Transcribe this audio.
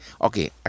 Okay